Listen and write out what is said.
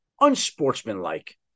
unsportsmanlike